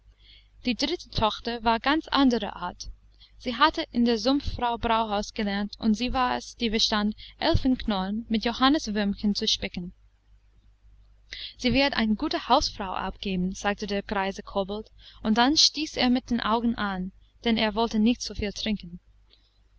die dritte tochter war ganz anderer art sie hatte in der sumpffrau brauhaus gelernt und sie war es die verstand elfenknorren mit johanniswürmchen zu spicken sie wird eine gute hausfrau abgeben sagte der greise kobold und dann stieß er mit den augen an denn er wollte nicht so viel trinken